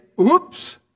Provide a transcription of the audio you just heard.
oops